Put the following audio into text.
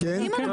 אז כן.